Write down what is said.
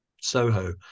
Soho